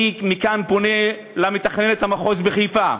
אני מכאן פונה למתכננת המחוז בחיפה,